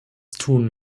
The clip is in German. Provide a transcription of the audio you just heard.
tun